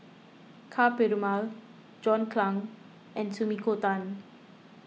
Ka Perumal John Clang and Sumiko Tan